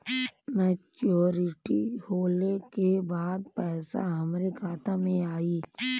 Maturity होले के बाद पैसा हमरे खाता में आई?